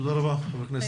תודה רבה, חבר הכנסת.